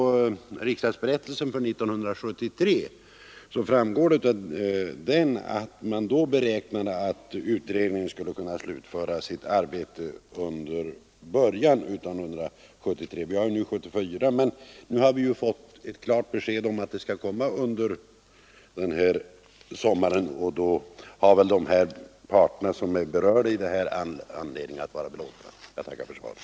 Av riksdagsberättelsen för 1973 framgår att man då beräknade att utredningen skulle kunna slutföra sitt arbete i början av samma år. Vi har nu 1974. Vi har dock i dag fått ett klart besked att en redovisning skall läggas fram denna sommar, och därmed har väl berörda parter anledning att vara belåtna. Jag tackar än en gång för svaret.